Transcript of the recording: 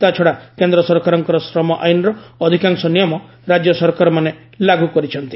ତା'ଛଡା କେନ୍ଦ୍ର ସରକାରଙ୍କର ଶ୍ରମ ଆଇନ୍ର ଅଧିକାଂଶ ନିୟମ ରାଜ୍ୟ ସରକାରମାନେ ଲାଗୁ କରିଛନ୍ତି